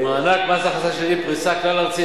מענק מס הכנסה שלילי בפריסה כלל-ארצית.